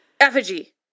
effigy